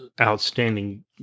Outstanding